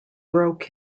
broke